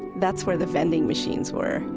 that's where the vending machines were.